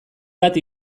bat